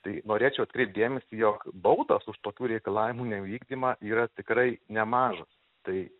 tai norėčiau atkreipt dėmesį jog baudos už tokių reikalavimų nevykdymą yra tikrai nemažos tai